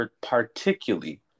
particularly